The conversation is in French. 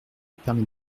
permet